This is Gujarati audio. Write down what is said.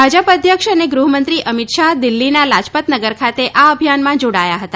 ભાજપ અધ્યક્ષ અને ગૃહમંત્રી અમિત શાહ દિલ્હીના લાજપત નગર ખાતે આ અભિયાનમાં જોડાયા હતા